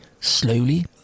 slowly